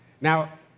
Now